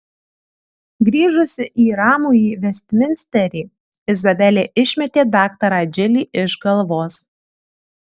grįžusi į ramųjį vestminsterį izabelė išmetė daktarą džilį iš galvos